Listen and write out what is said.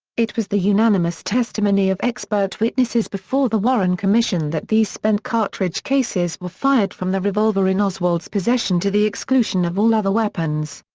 it was the unanimous testimony of expert witnesses before the warren commission that these spent cartridge cases were fired from the revolver in oswald's possession to the exclusion of all other weapons.